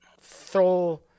throw